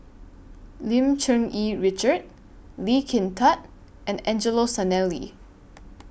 Lim Cherng Yih Richard Lee Kin Tat and Angelo Sanelli